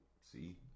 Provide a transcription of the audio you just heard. see